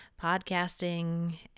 podcasting